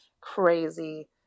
crazy